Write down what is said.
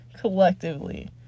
collectively